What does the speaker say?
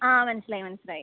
ആ മനസ്സിലായി മനസ്സിലായി